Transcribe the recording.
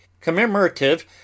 commemorative